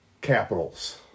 capitals